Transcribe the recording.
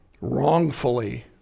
wrongfully